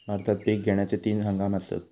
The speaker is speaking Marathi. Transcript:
भारतात पिक घेण्याचे तीन हंगाम आसत